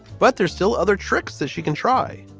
but there's still other tricks that she can try.